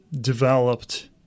developed